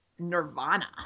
nirvana